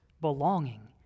belonging